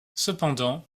cependant